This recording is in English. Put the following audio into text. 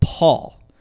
Paul